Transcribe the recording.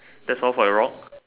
that's all for the rock